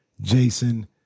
Jason